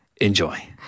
enjoy